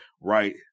right